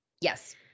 Yes